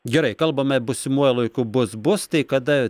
gerai kalbame būsimuoju laiku bus bus tai kada